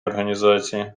організації